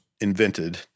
invented